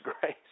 grace